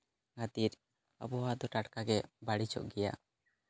ᱠᱷᱟᱹᱛᱤᱨ ᱟᱵᱚᱣᱟᱜ ᱫᱚ ᱴᱟᱴᱠᱟ ᱜᱮ ᱵᱟᱹᱲᱤᱡᱚᱜ ᱜᱮᱭᱟ